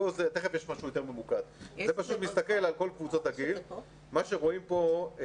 מה שרואים פה,